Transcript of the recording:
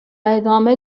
ادامه